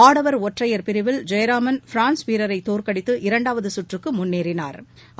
ஆடவா் ஒற்றையா் பிரிவில் ஜெயராமன் பிரான்ஸ் வீரரை தோற்கடித்து இரண்டாவது கற்றுக்கு முன்னேறினா்